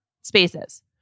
spaces